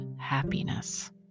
happiness